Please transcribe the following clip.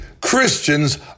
Christians